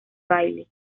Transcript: baile